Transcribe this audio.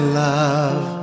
love